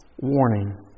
warning